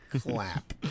clap